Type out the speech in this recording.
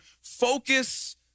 focus